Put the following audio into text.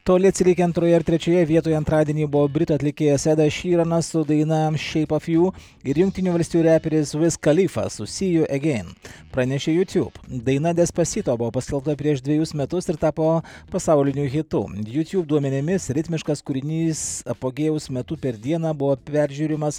toli atsilikę antroje trečioje vietoje antradienį buvo britų atlikėjas edas šyranas su daina šiaip of jų ir jungtinių valstijų reperis vis kalifa su sijų agen pranešė jutiub daina despasito buvo paskelbta prieš dvejus metus ir tapo pasauliniu hitu jutiub duomenimis ritmiškas kūrinys apogėjaus metu per dieną buvo peržiūrimas